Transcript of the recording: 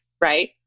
right